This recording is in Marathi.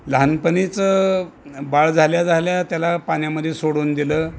लहानपणीचं बाळ झाल्या झाल्या त्याला पाण्यामध्ये सोडून दिलं